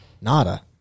Nada